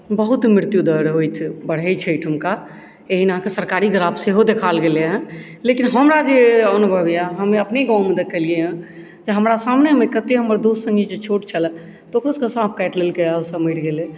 बहुत मृत्यु दर होइ बढै छै अहिठुमका एना कऽ सरकारी ग्राफ सेहो देखायल गेलैहं लेकिन हमरा जे अनुभव यऽ हम अपने गाँव मे देखलियैहं जे हमरा सामनेमे कते हमर दोस्त संगी जे छोट छल तकरो सब के साँप काटि लेलकै आ ओ सब मरि गेलै